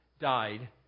died